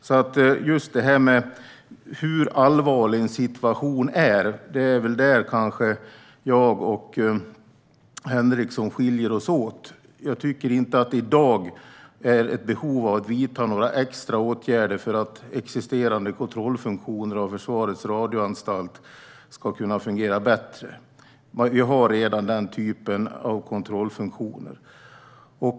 Det är kanske när det gäller hur allvarlig en situation är som jag och Henriksson skiljer oss åt. Jag tycker inte att det i dag finns något behov av att vidta extra åtgärder för att existerande kontrollfunktioner för Försvarets radioanstalt ska fungera bättre. Vi har redan den typen av kontrollfunktioner.